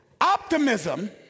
Optimism